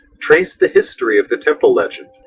traced the history of the temple legend,